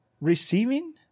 receiving